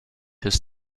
his